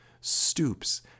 stoops